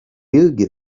huge